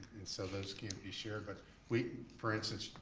and so those can be shared. but we, for instance,